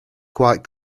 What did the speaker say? quite